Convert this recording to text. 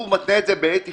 הוא מתנה את זה בעת אכלוס.